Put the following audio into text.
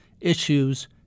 issues